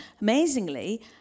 amazingly